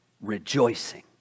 Rejoicing